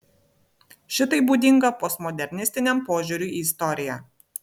šitai būdinga postmodernistiniam požiūriui į istoriją